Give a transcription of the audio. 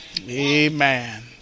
Amen